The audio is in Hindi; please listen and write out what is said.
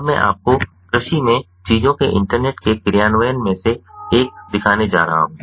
अब मैं आपको कृषि में चीजों के इंटरनेट के कार्यान्वयन में से एक दिखाने जा रहा हूं